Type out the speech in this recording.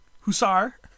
Hussar